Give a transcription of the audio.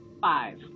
five